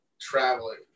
Traveling